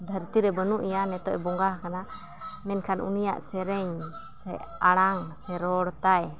ᱫᱷᱟᱹᱨᱛᱤᱨᱮ ᱵᱟᱹᱱᱩᱜᱮᱭᱟ ᱱᱤᱛᱚᱜ ᱵᱚᱸᱜᱟ ᱟᱠᱟᱱᱟ ᱢᱮᱱᱠᱷᱟᱱ ᱩᱱᱤᱭᱟᱜ ᱥᱮᱨᱮᱧ ᱥᱮ ᱟᱲᱟᱝ ᱥᱮ ᱨᱚᱲᱛᱟᱭ